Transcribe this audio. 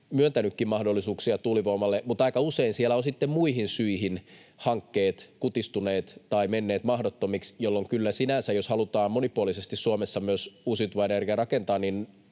myöntänytkin mahdollisuuksia tuulivoimaan. Mutta aika usein siellä ovat sitten muista syistä hankkeet kutistuneet tai menneet mahdottomiksi, jolloin kyllä sinänsä, jos halutaan monipuolisesti Suomessa myös uusiutuvaa energiaa rakentaa,